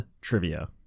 Trivia